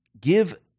give